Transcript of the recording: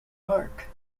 park